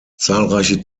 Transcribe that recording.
zahlreiche